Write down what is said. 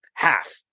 Half